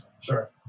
Sure